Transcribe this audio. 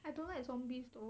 I don't like zombies though